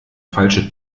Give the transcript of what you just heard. falsche